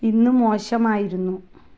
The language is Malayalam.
ഇന്ന് മോശമായിരുന്നു